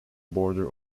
border